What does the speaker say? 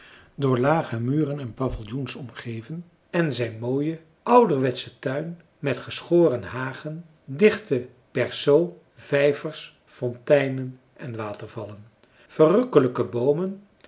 door lage muren en paviljoens omgeven en zijn mooien ouderwetschen tuin met geschoren hagen dichte berceaux vijvers fonteinen en watervallen verrukkelijke boomen